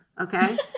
Okay